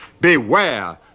beware